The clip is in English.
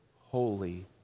holy